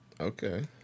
Okay